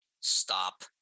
stop